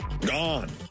Gone